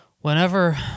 whenever